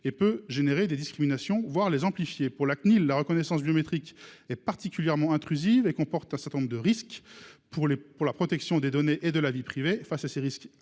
peut entraîner des discriminations, voire les amplifier. Pour la Cnil, la reconnaissance biométrique est particulièrement intrusive et comporte un certain nombre de risques pour la protection des données et de la vie privée. Face à ces risques